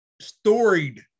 storied